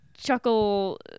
chuckle